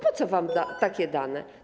Po co wam takie dane?